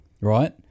Right